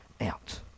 out